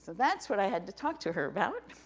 that's what i had to talk to her about.